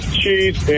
cheese